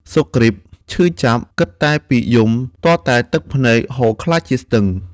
សុគ្រីពឈឺចាប់ គិតតែពីយំទាល់តែទឹកភ្នែកហូរក្លាយជាស្ទឹង។